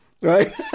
right